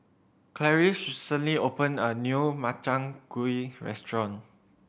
Clarice recently open a new Makchang Gui restaurant